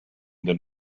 den